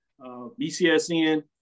BCSN